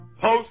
post